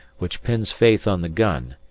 which pins faith on the gun,